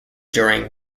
during